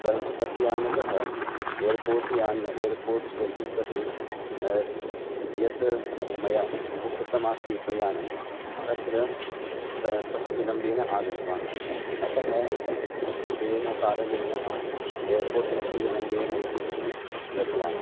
परन्तु बस्यानतः एर्पोर्ट् यानम् एर्पोर्ट् स्टेसन् प्रति यत् मया बुक्कृतमासीत् यानं तत्र त सः विलम्बेन आगतवान् अतः तत्तेन कारणेन अहम् एर्पोर्ट्मध्ये विलम्बेन गतवान्